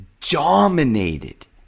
dominated